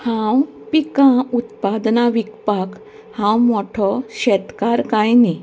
हांव पिकां उत्पादनां विकपाक हांव मोठो शेतकार कांय न्ही